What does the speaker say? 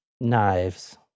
Knives